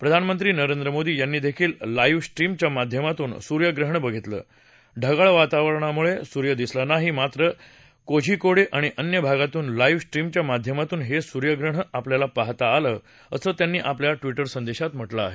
प्रधानमंत्री नरेंद्र मोदी यांनी देखील लाईव्ह स्ट्रीम च्या माध्यमातून सूर्यग्रहण बघितलं ढगाळ वातावरणामुळे सुर्य दिसला नाही मात्र कोझिकोडे आणि अन्य भागातून लाईव्ह स्ट्रीमच्या माध्यमातून हे सूर्यग्रहण पाहता आलं असं त्यांनी आपल्या ट्विटर संदेशात म्हटलं आहे